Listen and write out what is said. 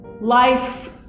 life